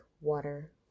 water